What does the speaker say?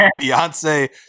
Beyonce